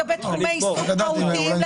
התחום הבא הוא כל הנושא של ייעול פעולות ההדרכה,